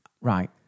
Right